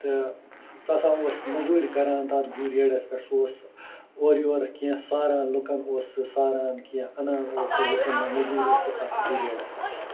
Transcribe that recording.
تہٕ سُہ ہسا اوس مزوٗرۍ کران تَتھ گُرۍ ریڈَس پٮ۪ٹھ سُہ اوس اورٕ یور کیٚنٛہہ ساران لوٗکن اوس سُہ ساران کیٚنٛہہ اَنان اوس سُہ لوٗکَن ہنز مزوٗرۍ اوس سُہ اَتھ گُرۍ ریڈَس پٮ۪ٹھ کران